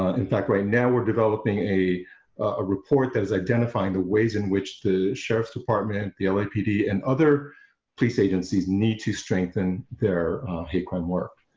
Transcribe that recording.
ah in fact right now, we're developing a ah report that is identifying the ways in which the sheriff's department and the lapd and other police agencies need to strengthen their hate crime work.